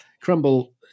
Crumble